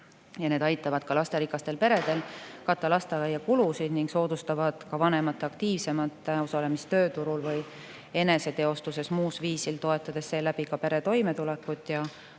Need aitavad ka lasterikastel peredel katta lasteaiakulusid ning soodustavad vanemate aktiivsemat osalemist tööturul või eneseteostuses muul viisil, toetades seeläbi pere toimetulekut ja